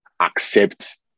accept